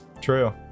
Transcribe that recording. true